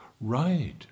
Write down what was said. Right